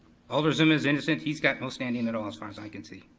alder zima's innocent, he's got no standing at all as far as i can see.